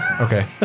Okay